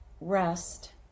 rest